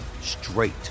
straight